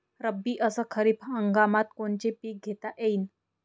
रब्बी अस खरीप हंगामात कोनचे पिकं घेता येईन?